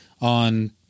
on